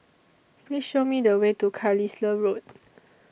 Please Show Me The Way to Carlisle Road